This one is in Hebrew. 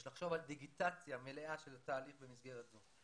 יש לחשוב על דיגיטציה מלאה של התהליך במסגרת זו.